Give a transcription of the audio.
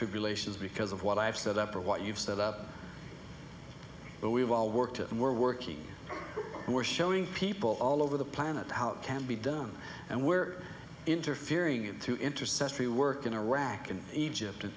tribulations because of what i have set up or what you've set up but we've all worked and we're working and we're showing people all over the planet how it can be done and we're interfering into intercessory work in iraq and egypt and